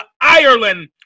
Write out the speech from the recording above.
Ireland